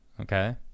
okay